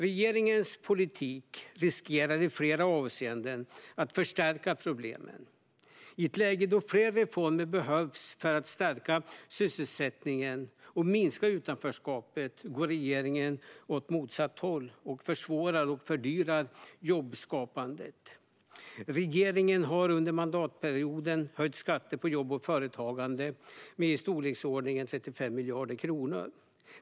Regeringens politik riskerar i flera avseenden att förstärka problemen. I ett läge då fler reformer behövs för att stärka sysselsättningen och minska utanförskapet går regeringen åt motsatt håll och försvårar och fördyrar jobbskapandet. Regeringen har under mandatperioden höjt skatter på jobb och företagande med i storleksordningen 35 miljarder kronor.